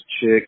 chick